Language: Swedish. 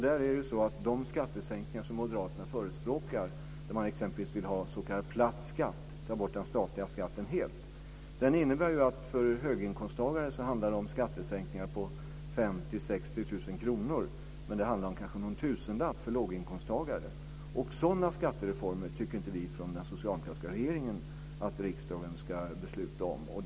De skattesänkningar som moderaterna förespråkar - då de t.ex. vill ha en s.k. platt skatt, ta bort den statliga skatten helt - innebär att det för höginkomsttagare handlar om skattesänkningar på 50 000-60 000 kr, men det handlar kanske om någon tusenlapp för låginkomsttagare. Sådana skattereformer tycker inte vi från den socialdemokratiska regeringen att riksdagen ska besluta om.